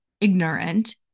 ignorant